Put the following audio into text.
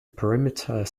perimeter